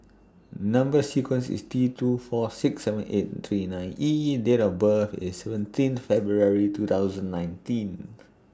Number sequence IS T two four six seven eight three nine E and Date of birth IS seventeen February two thousand nineteenth